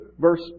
verse